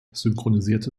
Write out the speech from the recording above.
synchronisierte